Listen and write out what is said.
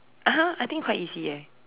!huh! I think quite easy eh